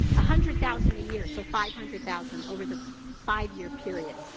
ah hundred thousand a year, so five hundred thousand over the five year period.